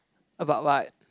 about what